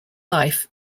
life